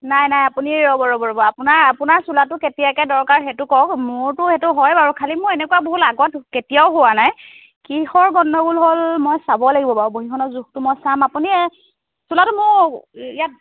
নাই নাই আপুনি ৰ'ব ৰ'ব আপোনাৰ আপোনাৰ চোলাটো কেতিয়াকে দৰকাৰ সেইটো কওক মোৰটো সেইটো হয় বাৰু খালী মোৰ এনেকুৱা ভুল আগত কেতিয়াও হোৱা নাই কিহৰ গণ্ডগোল হ'ল মই চাব লাগিব বাৰু বহীখনত জোখটো মই চাম আপুনি চোলাটো মোক ইয়াত